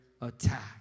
Attack